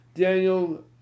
Daniel